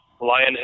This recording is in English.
lion